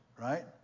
right